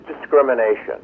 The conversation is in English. discrimination